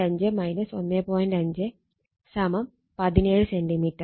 5 17 centimetre